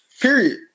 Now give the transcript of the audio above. Period